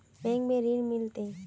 Bank में ऋण मिलते?